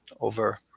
over